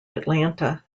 atlanta